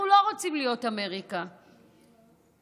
אנחנו לא רוצים להיות אמריקה, אוקיי?